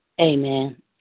Amen